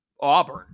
Auburn